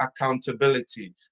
accountability